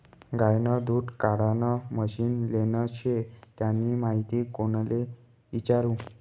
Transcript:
गायनं दूध काढानं मशीन लेनं शे त्यानी माहिती कोणले इचारु?